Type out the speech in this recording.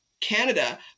Canada